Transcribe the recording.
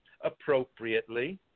Appropriately